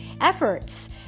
efforts